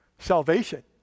salvation